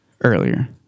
Earlier